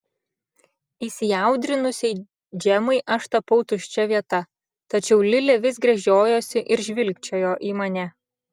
įsiaudrinusiai džemai aš tapau tuščia vieta tačiau lilė vis gręžiojosi ir žvilgčiojo į mane